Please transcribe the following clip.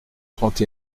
trente